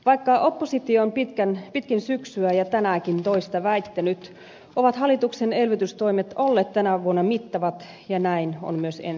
vaikka oppositio on pitkin syksyä ja tänäänkin toista väittänyt ovat hallituksen elvytystoimet olleet tänä vuonna mittavat ja näin on myös ensi vuonna